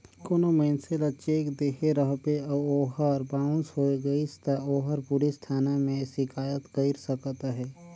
कोनो मइनसे ल चेक देहे रहबे अउ ओहर बाउंस होए गइस ता ओहर पुलिस थाना में सिकाइत कइर सकत अहे